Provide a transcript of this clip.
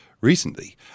recently